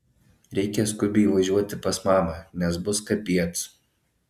reikia skubiai važiuoti pas mamą nes bus kapiec